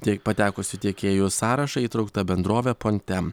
tie patekusi tiekėjų sąrašą įtraukta bendrovė pontem